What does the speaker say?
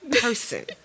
person